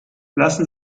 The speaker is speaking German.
lassen